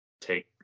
take